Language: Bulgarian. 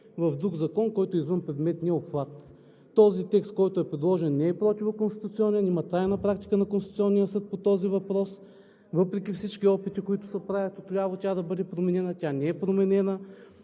в друг закон, който е извън предметния обхват. Този текст, който е предложен, не е противоконституционен. Има трайна практика на Конституционния съд по този въпрос. Въпреки всички опити, които се правят отляво, тя да бъде променена, тя не е променена.